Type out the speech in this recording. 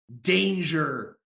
danger